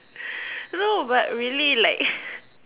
no but really like